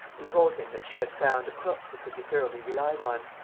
who told him that she had found a cook who could be thoroughly relied on.